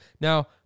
Now